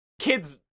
kids